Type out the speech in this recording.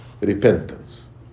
repentance